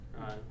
right